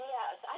Yes